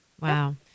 Wow